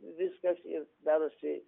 viskas ir darosi